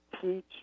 teach